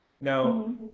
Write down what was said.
Now